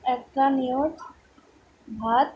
একটা ভাত